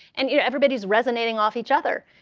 and you know everybody's resonating off each other.